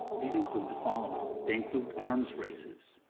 these include the following. they include arms races.